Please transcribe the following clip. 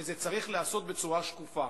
וזה צריך להיעשות בצורה שקופה.